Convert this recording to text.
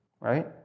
right